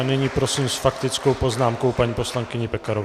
A nyní prosím s faktickou poznámkou paní poslankyni Pekarovou.